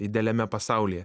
idealiame pasaulyje